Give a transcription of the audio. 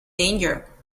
danger